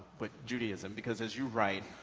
but judaism because as you write,